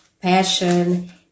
passion